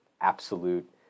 absolute